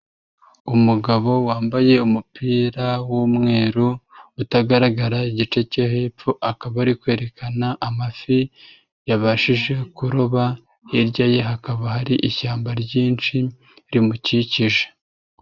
Umugabo wambaye umupira w'umweru utagaragara igice cyo hepfo, akaba ari kwerekana amafi yabashije kuroba, hirya ye hakaba hari ishyamba ryinshi rimukikije.